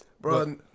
Bro